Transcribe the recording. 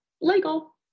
legal